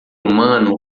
humano